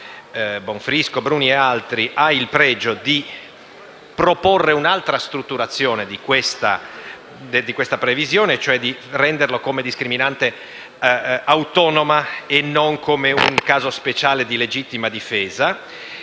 Bonfrisco, Bruni e altri ha il pregio di proporre un'altra strutturazione della previsione e, cioè, di rendere la discriminante autonoma e non come un caso speciale di legittima difesa.